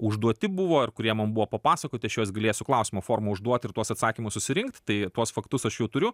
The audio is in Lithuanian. užduoti buvo ir kurie man buvo papasakoti aš juos galėsiu klausimo forma užduot ir tuos atsakymus susirinkt tai tuos faktus aš jau turiu